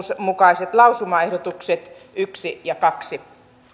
mukaiset lausumaehdotukset yksi ja kaksi